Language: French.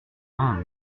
humble